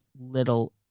little